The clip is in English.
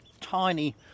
tiny